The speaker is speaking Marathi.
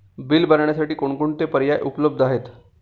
बिल भरण्यासाठी कोणकोणते पर्याय उपलब्ध आहेत?